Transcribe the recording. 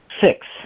Six